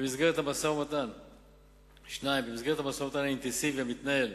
2. במסגרת המשא-ומתן האינטנסיבי המתנהל